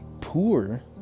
poor